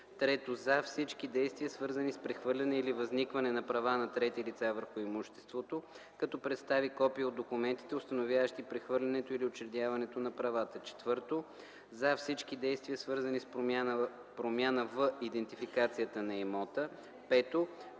3. за всички действия, свързани с прехвърляне или възникване на права на трети лица върху имуществото, като представи копия от документите, установяващи прехвърлянето или учредяването на правата; 4. за всички действия, свързани с промяна в идентификацията на имота; 5.